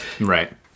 Right